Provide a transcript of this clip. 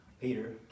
Peter